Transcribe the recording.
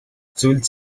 зүйлд